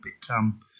become